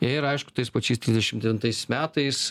ir aišku tais pačiais trisdešim devintais metais